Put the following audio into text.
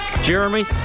Jeremy